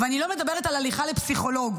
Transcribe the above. אני לא מדברת על הליכה לפסיכולוג,